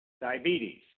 diabetes